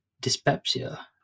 dyspepsia